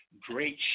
great